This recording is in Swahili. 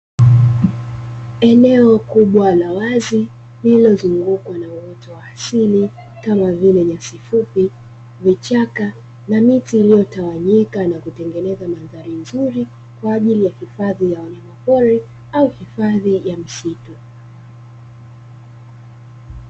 Eneo kubwa la wazi lililozungukwa na uoto wa asili kama vile nyasi fupi, vichaka na miti iliyo tawanyika na kutengeneza madhari nzuri , kwa ajili ya hifadhi ya wanyama pori au hifadhi ya misitu.